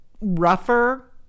rougher